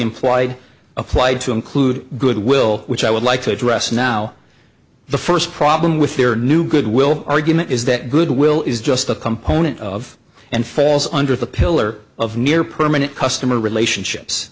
implied applied to include goodwill which i would like to address now the first problem with their new goodwill argument is that goodwill is just a component of and falls under the pillar of near permanent customer relationships